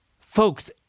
Folks